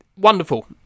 wonderful